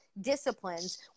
disciplines